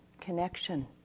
connection